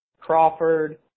Crawford